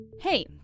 Hey